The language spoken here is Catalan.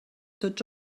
tots